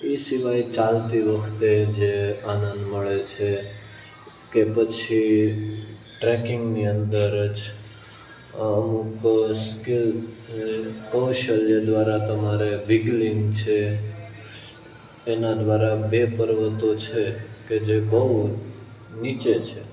એ સિવાય ચાલતી વખતે જે આનંદ મળે છે કે પછી ટ્રેકિંગની અંદર જ અમુક સ્કિલ કૌશલ્ય દ્વારા તમારે બિગનિંગ છે એના દ્વારા બે પર્વતો છે કે જે બહુ નીચે છે